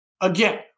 again